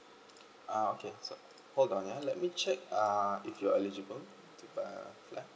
uh okay so hold on yeah let me check err if you are eligible to buy flat